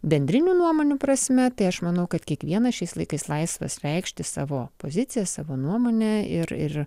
bendrinių nuomonių prasme tai aš manau kad kiekvienas šiais laikais laisvas reikšti savo poziciją savo nuomonę ir ir